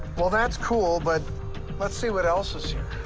well, that's cool, but let's see what else is here.